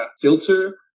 filter